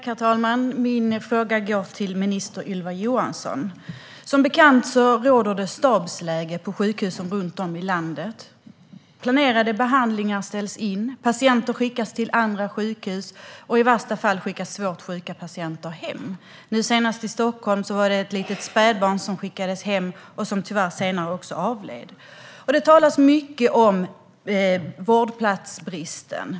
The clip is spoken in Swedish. Herr talman! Min fråga går till minister Ylva Johansson. Som bekant råder det stabsläge på sjukhus runt om i landet. Planerade behandlingar ställs in, patienter skickas till andra sjukhus och i värsta fall skickas svårt sjuka patienter hem. Senast var det ett litet spädbarn i Stockholm som skickades hem, och som tyvärr senare avled. Det talas mycket om vårdplatsbristen.